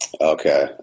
Okay